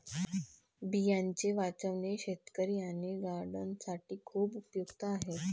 बियांचे वाचवणे शेतकरी आणि गार्डनर्स साठी खूप उपयुक्त आहे